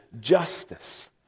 justice